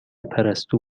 پرستو